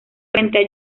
frente